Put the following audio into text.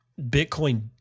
Bitcoin